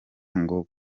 ngo